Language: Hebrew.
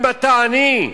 אם אתה עני,